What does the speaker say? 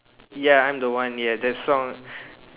ya I'm the one yeah that song